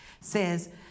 says